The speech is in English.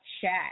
chat